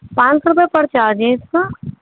پانچ سو روپئے پر چارج ہے اس کا